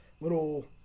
little